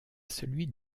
celui